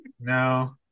No